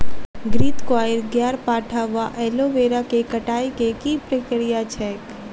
घृतक्वाइर, ग्यारपाठा वा एलोवेरा केँ कटाई केँ की प्रक्रिया छैक?